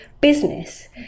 business